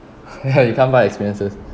ya you can't buy experiences